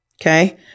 okay